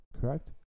correct